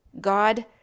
God